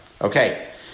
Okay